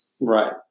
Right